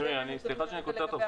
מירי, סליחה שאני קוטע אותך.